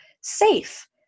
safe